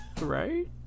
Right